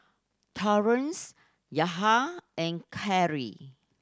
Torrence Yahir and Carly